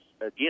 again